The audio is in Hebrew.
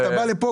כשאתה בא לפה,